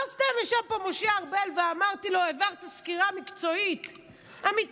לא סתם ישב פה משה ארבל ואמרתי לו: העברת סקירה מקצועית אמיתית.